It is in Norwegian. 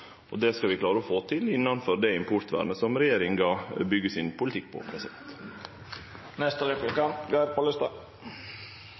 og det skal vi klare å få til innanfor det importvernet som regjeringa byggjer politikken sin på.